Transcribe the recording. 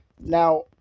Now